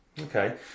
Okay